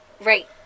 Right